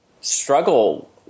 struggle